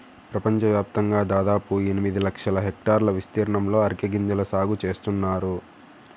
ప్రపంచవ్యాప్తంగా దాదాపు ఎనిమిది లక్షల హెక్టార్ల విస్తీర్ణంలో అరెక గింజల సాగు చేస్తున్నారు